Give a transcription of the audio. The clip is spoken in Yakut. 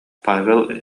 павел